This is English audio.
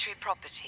property